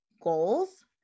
goals